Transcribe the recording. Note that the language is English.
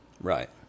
Right